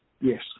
Yes